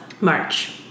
March